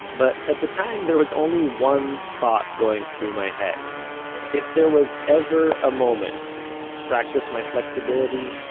but at the time there was only one thought going through my head if there was ever a moment to practice my flexibility,